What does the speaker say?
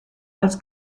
als